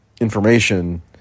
information